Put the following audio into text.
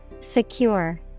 Secure